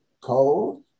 cold